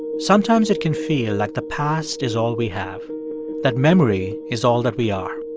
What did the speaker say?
sometimes, it can feel like the past is all we have that memory is all that we are.